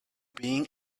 being